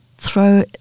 throw